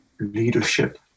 leadership